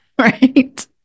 right